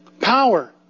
power